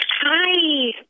Hi